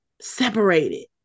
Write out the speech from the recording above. separated